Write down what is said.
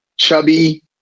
chubby